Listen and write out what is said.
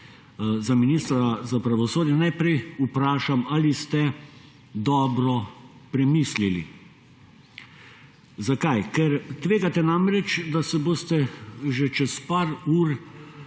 za ministra za pravosodje najprej vprašam ali ste dobro premislili. Zakaj? Ker tvegate namreč, da se boste že čez par ur